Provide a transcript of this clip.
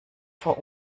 vor